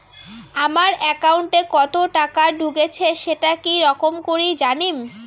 আমার একাউন্টে কতো টাকা ঢুকেছে সেটা কি রকম করি জানিম?